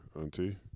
auntie